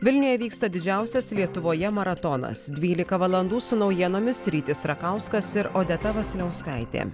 vilniuje vyksta didžiausias lietuvoje maratonas dvylika valandų su naujienomis rytis rakauskas ir odeta vasiliauskaitė